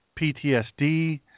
PTSD